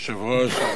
היושב-ראש,